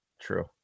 True